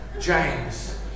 James